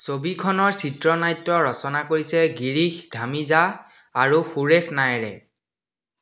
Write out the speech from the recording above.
ছবিখনৰ চিত্ৰনাট্য ৰচনা কৰিছে গিৰীশ ধামিজা আৰু সুৰেশ নায়েৰে